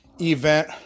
event